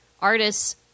artists